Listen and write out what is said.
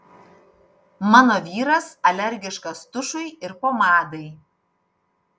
mano vyras alergiškas tušui ir pomadai